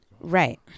right